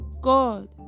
God